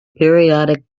periodic